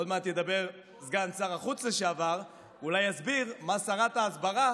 עוד מעט ידבר סגן שר החוץ לשעבר ואולי יסביר מה שרת ההסברה